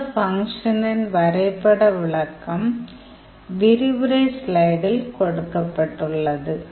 இந்த ஃபங்க்ஷனின் வரைபட விளக்கம் விரிவுரை ஸ்லைடில் கொடுக்கப்பட்டுள்ளது